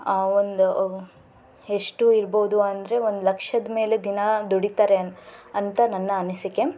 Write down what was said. ಒಂದು ಎಷ್ಟು ಇರ್ಬೋದು ಅಂದರೆ ಒಂದು ಲಕ್ಷದ ಮೇಲೆ ದಿನ ದುಡಿತಾರೆ ಅಂತ ನನ್ನ ಅನಿಸಿಕೆ